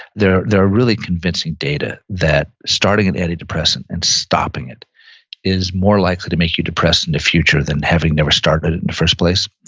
there there are really convincing data that starting an antidepressant and stopping it is more likely to make you depressed in the future than having never started it in the first place.